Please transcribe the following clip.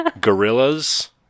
gorillas